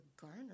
Garner